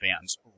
fans